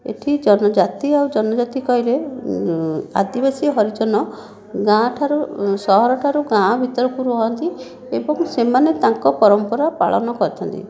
ଏଠି ଜନ ଜାତି ଆଉ ଜନଜାତି କହିଲେ ଆଦିବାସୀ ହରିଜନ ଗାଁଠାରୁ ସହରଠାରୁ ଗାଁ ଭିତରକୁ ରହନ୍ତି ଏବଂ ସେମାନେ ତାଙ୍କ ପରମ୍ପରା ପାଳନ କରିଥାନ୍ତି